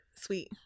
Sweet